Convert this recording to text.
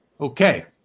Okay